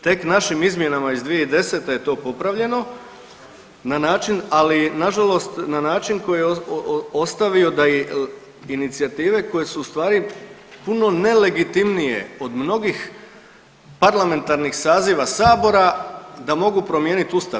Tek našim izmjenama iz 2010. je to popravljeno na način, ali nažalost na način koji je ostavio da i inicijative koje su ustvari puno nelegitimnije od mnogih parlamentarnih saziva sabora da mogu promijeniti Ustav.